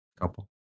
Couple